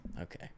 Okay